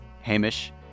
Hamish